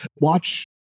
watch